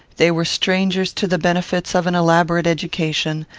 they were strangers to the benefits of an elaborate education,